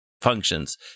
functions